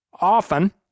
Often